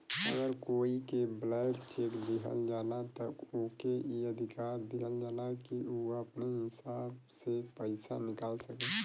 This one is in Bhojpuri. अगर कोई के ब्लैंक चेक दिहल जाला त ओके ई अधिकार दिहल जाला कि उ अपने हिसाब से पइसा निकाल सके